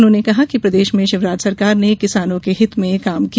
उन्होंने कहा कि प्रदेश में शिवराज सरकार ने किसानों के हित में काम किया